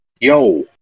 Yo